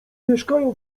mieszkają